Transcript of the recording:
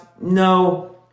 No